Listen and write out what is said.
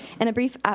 in a brief